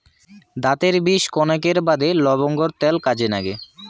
দাতের বিষ কণেকের বাদে লবঙ্গর ত্যাল কাজে নাগে